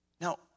Now